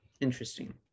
interesting